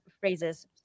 phrases